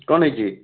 କ'ଣ ହେଇଛି